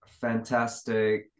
fantastic